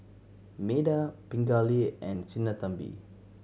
Medha Pingali and Sinnathamby